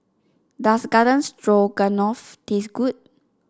does Garden Stroganoff taste good